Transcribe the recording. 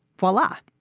voila.